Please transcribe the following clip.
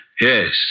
Yes